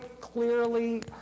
clearly